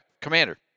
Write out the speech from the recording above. Commander